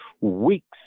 weeks